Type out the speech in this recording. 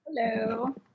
Hello